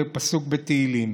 זה פסוק בתהילים.